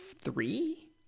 three